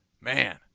Man